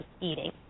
eating